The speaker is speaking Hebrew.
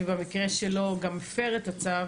ובמקרה שלו גם הפר את הצו,